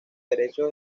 derechos